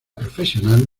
profesional